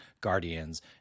Guardians